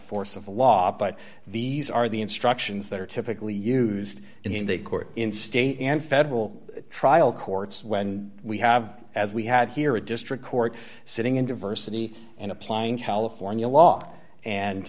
force of law but these are the instructions that are typically used in the court in state and federal trial courts when we have as we had here a district court sitting in diversity and applying california law